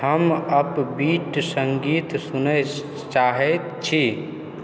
हम upbeat संगीत सुनय चाहैत छी